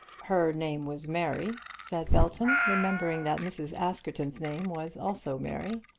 her name was mary, said belton, remembering that mrs. askerton's name was also mary.